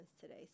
today